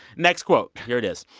next quote, here it is.